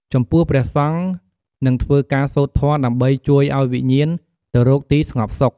ចំពោះព្រះសង្ឃ នឹងធ្វើការសូត្រធម៌ដើម្បីជួយឲ្យវិញ្ញាណទៅរកទីស្ងប់សុខល្អ។